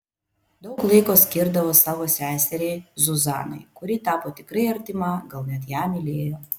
daug laiko skirdavo savo seseriai zuzanai kuri tapo tikrai artima gal net ją mylėjo